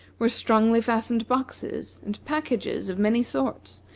were strongly fastened boxes, and packages of many sorts,